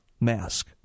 mask